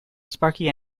sparky